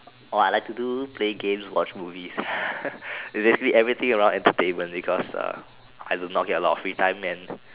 ah I like to do play games watch movies obviously everything around entertainment because I do not get a lot of free times and